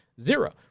Zero